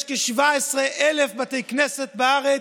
יש כ-17,000 בתי כנסת בארץ,